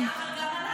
אלד, ואני זקנתי".